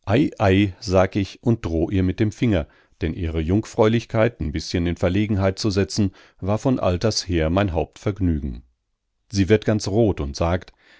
sag ich und droh ihr mit dem finger denn ihre jungfräulichkeit n bißchen in verlegenheit zu setzen war von alters her mein hauptvergnügen sie wird ganz rot und sagt